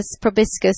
proboscis